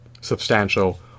substantial